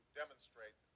demonstrate